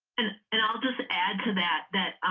and i'll just add to that that